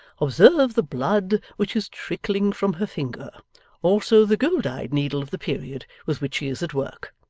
observe the blood which is trickling from her finger also the gold-eyed needle of the period, with which she is at work